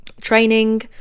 training